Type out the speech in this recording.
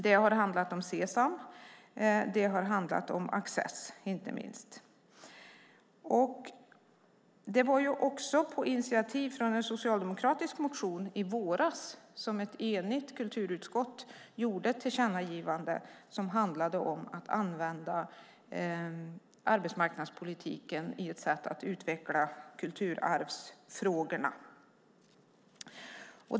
Det har varit Sesam och, inte minst, Access. Det var på initiativ av Socialdemokraterna, som i våras väckte en motion, som ett enigt kulturutskott gjorde ett tillkännagivande som handlade om att använda arbetsmarknadspolitiken för att utveckla kulturarvsfrågorna.